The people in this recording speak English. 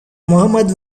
mohammad